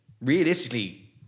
Realistically